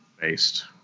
based